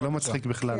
זה לא מצחיק בכלל.